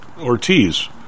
Ortiz